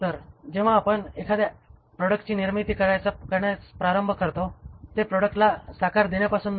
तर जेव्हा आपण एखाद्या प्रॉडक्टची निर्मिती करायचा प्रारंभ करतो ते प्रॉडक्टला आकार देण्यापासून नाही